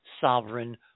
sovereign